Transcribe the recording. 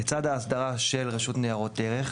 לצד ההסדרה של רשות ניירות ערך,